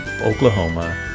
Oklahoma